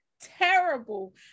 terrible